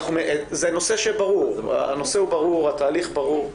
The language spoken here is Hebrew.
זה נושא ברור, התהליך ברור.